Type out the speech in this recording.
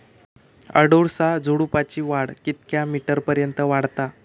अडुळसा झुडूपाची वाढ कितक्या मीटर पर्यंत वाढता?